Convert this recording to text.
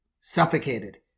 suffocated